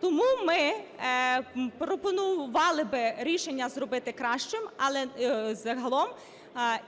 Тому ми пропонували би рішення зробити краще. Але загалом